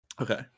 Okay